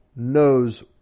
Knows